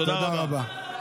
תודה רבה.